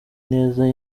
neza